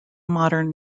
modern